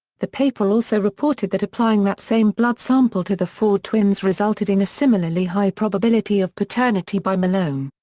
the paper also reported that applying that same blood sample to the ford twins resulted in a similarly high probability of paternity by malone.